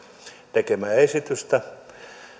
tekemää esitystä